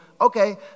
Okay